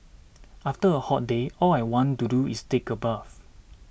after a hot day all I want to do is take a bath